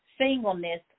singleness